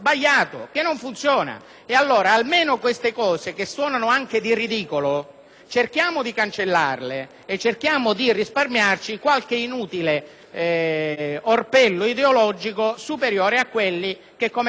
cerchiamo di cancellarle e di risparmiarci qualche inutile orpello ideologico superiore al livello di tolleranza dell'italiano medio.